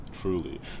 truly